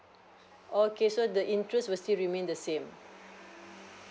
okay so the interest will still remain the same